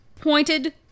Pointed